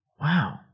wow